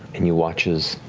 and you watch as